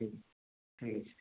ଠିକ୍ ଅଛି ଠିକ୍ ଅଛି